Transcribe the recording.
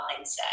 mindset